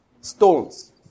stones